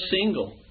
single